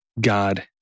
God